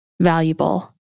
valuable